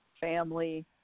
family